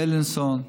בילינסון,